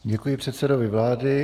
Děkuji předsedovi vlády.